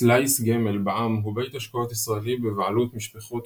סלייס גמל בע"מ הוא בית השקעות ישראלי בבעלות משפחות